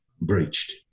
breached